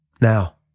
Now